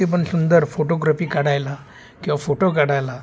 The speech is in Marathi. ते पण सुंदर फोटोग्राफी काढायला किंवा फोटो काढायला